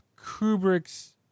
Kubrick's